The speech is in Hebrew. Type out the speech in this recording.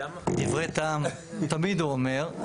דברי טעם תמיד הוא אומר.